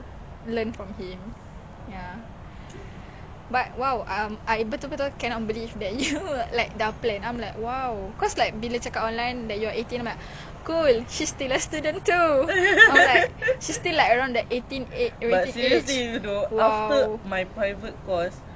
wait you ambil berapa course kat mana how much is it ah I heard private course like expensive what did you sit for like apa you belajar